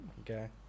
Okay